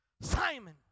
Simon